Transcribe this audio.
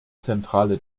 zentrale